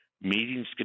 Meetings